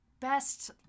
best